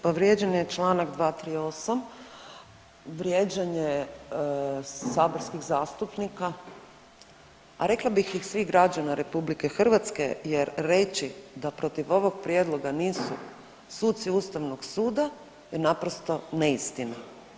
Povrijeđen je Članak 238., vrijeđanje saborskih zastupnika, a rekla bih i svih građana RH jer reći da protiv ovog prijedloga nisu suci Ustavnog suda je naprosto neistina.